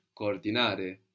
Coordinare